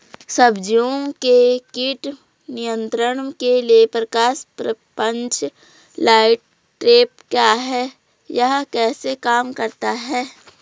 सब्जियों के कीट नियंत्रण के लिए प्रकाश प्रपंच लाइट ट्रैप क्या है यह कैसे काम करता है?